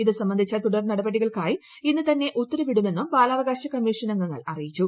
ഇതു സംബന്ധിച്ച തുടർ നടപടികൾക്കായി ഇന്ന് തന്നെ ഉത്തരവിടുമെന്നും ബാലാവകാശകമ്മീഷൻ അംഗങ്ങൾ അറിയിച്ചു